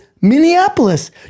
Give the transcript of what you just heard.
Minneapolis